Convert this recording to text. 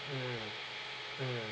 mm mm